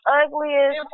ugliest